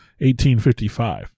1855